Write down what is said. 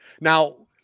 Now